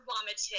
vomited